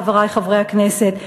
חברי חברי הכנסת.